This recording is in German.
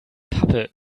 pappe